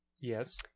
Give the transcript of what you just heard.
Yes